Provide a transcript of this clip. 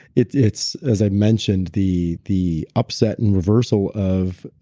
it's it's as i mentioned the the upset and reversal of